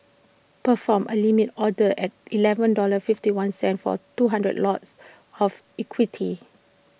perform A limit order at Eleven dollar fifty one cent for two hundred lots of equity